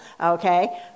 okay